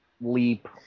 leap